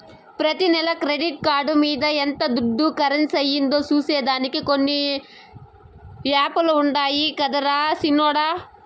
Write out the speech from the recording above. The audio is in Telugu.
ప్రతి నెల క్రెడిట్ కార్డు మింద ఎంత దుడ్డు కర్సయిందో సూసే దానికి కొన్ని యాపులుండాయి గదరా సిన్నోడ